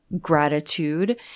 gratitude